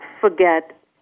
forget